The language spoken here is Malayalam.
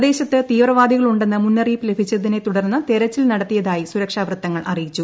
പ്രദേശത്ത് തീവ്രവാദികളുണ്ടെന്ന് മുന്നറിയിപ്പ് ലഭിച്ചതിനെത്തുടർന്നു തെരച്ചിൽ നടത്തിയതായി സുരക്ഷാ വൃത്തങ്ങൾ അറിയിച്ചു